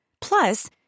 Plus